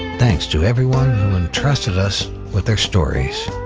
thanks to everyone who entrusted us with their stories.